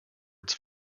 its